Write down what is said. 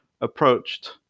approached